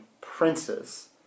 princes